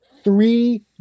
Three